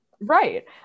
Right